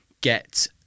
get